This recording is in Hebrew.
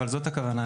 אבל זאת הכוונה.